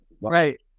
Right